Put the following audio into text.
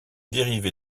dérivé